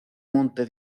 monte